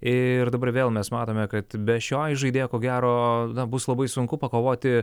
ir dabar vėl mes matome kad be šio įžaidėjo ko gero bus labai sunku pakovoti